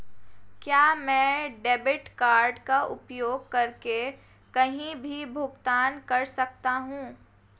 क्या मैं debit card का उपयोग करके कहीं भी भुगतान कर सकता हूं?